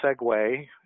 segue